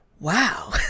Wow